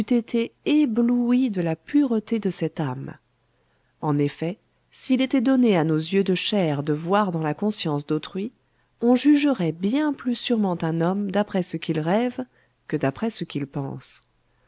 été ébloui de la pureté de cette âme en effet s'il était donné à nos yeux de chair de voir dans la conscience d'autrui on jugerait bien plus sûrement un homme d'après ce qu'il rêve que d'après ce qu'il pense